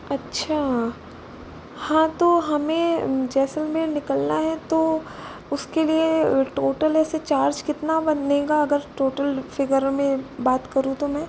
अच्छा हाँ तो हमें जैसलमेर निकलना है तो उसके लिए टोटल ऐसे चार्ज कितना बनेगा अगर टोटल फिगर में बात करूँ तो मैं